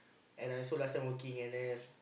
and I also last time working N_S